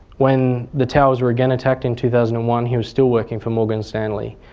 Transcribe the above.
when the towers were again attacked in two thousand and one he was still working for morgan stanley.